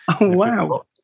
Wow